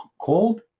cold